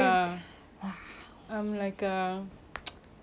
hardcore fans of white chicks I heard they coming out the second one but